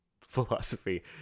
philosophy